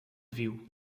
viu